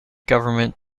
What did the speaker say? government